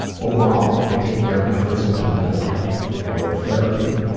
overall, i take care of my physical and mental health. i go to therapy.